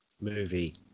movie